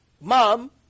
mom